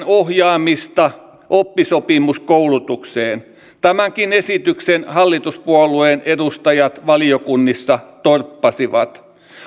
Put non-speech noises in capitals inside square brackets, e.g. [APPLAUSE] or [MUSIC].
[UNINTELLIGIBLE] ohjaamista oppisopimuskoulutukseen tämänkin esityksen hallituspuolueen edustajat valiokunnissa torppasivat